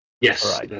Yes